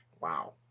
Wow